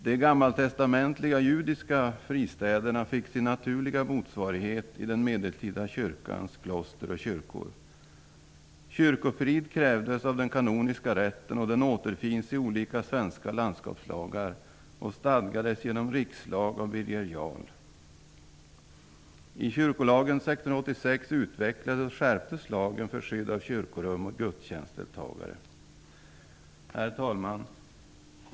De gammaltestamentliga, judiska fristäderna fick sina naturliga motsvarigheter i den medeltida kyrkans kloster och kyrkor. Kyrkofrid krävdes av den kanoniska rätten, och den återfinns i olika svenska landskapslagar och stadgades i rikslag av Herr talman!